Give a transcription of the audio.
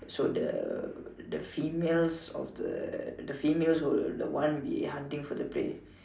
so the the females of the the females would the one be hunting for the prey